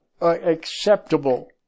acceptable